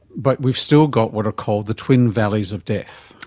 but we've still got what are called the twin valleys of death.